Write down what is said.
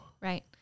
Right